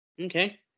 Okay